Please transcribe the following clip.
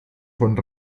von